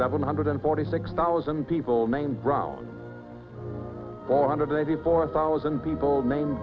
seven hundred forty six thousand people named brown four hundred eighty four thousand people named